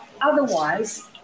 Otherwise